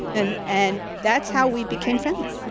and and that's how we became friendly